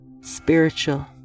spiritual